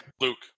Luke